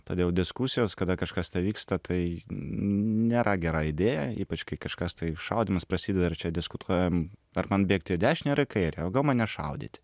todėl diskusijos kada kažkas tai vyksta tai nėra gera idėja ypač kai kažkas tai šaudymas prasideda ir čia diskutuojam ar man bėgti į dešinę ar į kairę o gal man nešaudyti